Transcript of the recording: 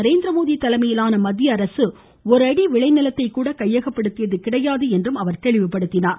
நரேந்திரமோடி தலைமையிலான மத்திய அரசு ஒரு அடி விலைநிலத்தைக்கூட கையகப்படுத்தியது கிடையாது என்றும் அவர் தெளிவுபடுத்தினார்